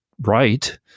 right